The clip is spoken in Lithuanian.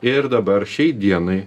ir dabar šiai dienai